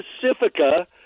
pacifica